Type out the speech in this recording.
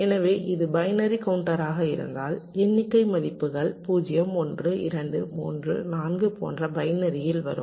எனவே இது பைனரி கவுண்டராக இருந்தால் எண்ணிக்கை மதிப்புகள் 0 1 2 3 4 போன்று பைனரியில் வரும்